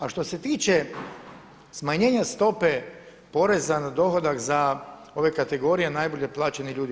A što se tiče smanjenja stope poreza na dohodak za ove kategorije najbolje plaćenih ljudi.